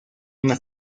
una